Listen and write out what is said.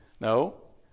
No